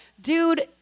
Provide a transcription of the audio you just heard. dude